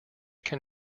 can